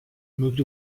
moved